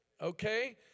Okay